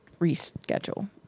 reschedule